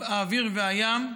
האוויר והים,